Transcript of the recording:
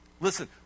Listen